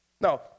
No